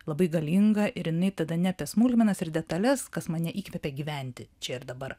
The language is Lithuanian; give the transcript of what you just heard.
labai galinga ir jinai tada ne apie smulkmenas ir detales kas mane įkvepia gyventi čia ir dabar